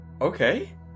Okay